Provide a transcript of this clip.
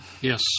Yes